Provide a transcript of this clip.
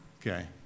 Okay